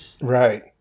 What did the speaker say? Right